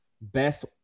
Best